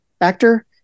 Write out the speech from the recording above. actor